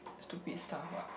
stupid stuff what